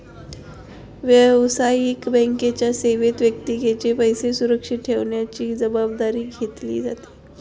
व्यावसायिक बँकेच्या सेवेत व्यक्तीचे पैसे सुरक्षित ठेवण्याची जबाबदारी घेतली जाते